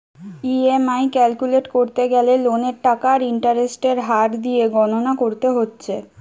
EMI calculate কোরতে গ্যালে লোনের টাকা আর ইন্টারেস্টের হার দিয়ে গণনা কোরতে হচ্ছে